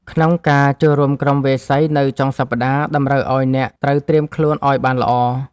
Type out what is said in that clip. ក្នុងការចូលរួមក្រុមវាយសីនៅចុងសប្តាហ៍ តម្រូវឱ្យអ្នកត្រូវត្រៀមខ្លួនឱ្យបានល្អ។